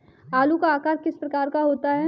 आलू का आकार किस प्रकार का होता है?